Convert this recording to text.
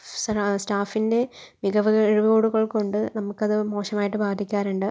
സ്റ്റാഫിൻ്റെ മികവ് കഴിവുകേടുകൾ കൊണ്ട് നമുക്കത് മോശമായിട്ട് ബാധിക്കാറുണ്ട്